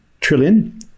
trillion